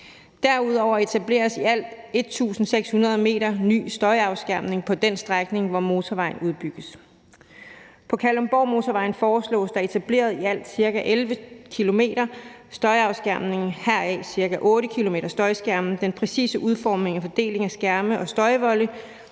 Derudover etableres i alt 1.600 m ny støjafskærmning på den strækning, hvor motorvejen udbygges. På Kalundborgmotorvejen foreslås der etableret i alt ca. 11 km støjafskærmning, heraf ca. 8 km støjskærme. Den præcise udformning og fordeling af skærme og støjvolde